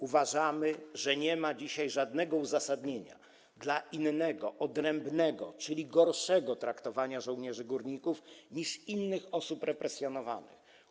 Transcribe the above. Uważamy, że nie ma dzisiaj żadnego uzasadnienia inne, odrębne, czyli gorsze, traktowanie żołnierzy górników niż innych osób represjonowanych.